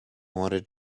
wanted